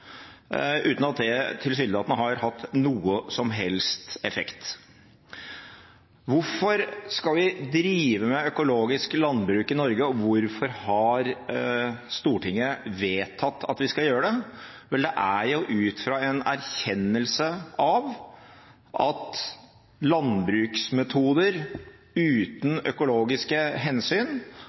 uten at det tilsynelatende har hatt noen som helst effekt. Hvorfor skal vi drive med økologisk landbruk i Norge, og hvorfor har Stortinget vedtatt at vi skal gjøre det? Det er jo ut fra en erkjennelse av at landbruksmetoder uten økologiske hensyn